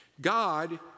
God